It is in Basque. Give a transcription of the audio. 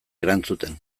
erantzuten